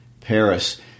Paris